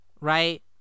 Right